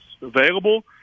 available